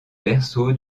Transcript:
berceau